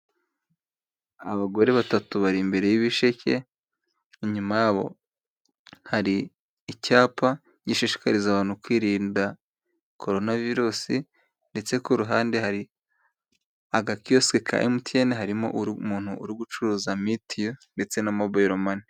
Abagore batatu bari imbere y'ibisheke ,inyuma yabo hari icyapa gishishikariza abantu kwirinda coronavirusi, ndetse ku ruhande hari agakiyosike ka emutiyene karimo umuntu uri gucuruza mitiyu ndetse na mobilemani.